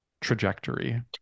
trajectory